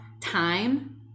time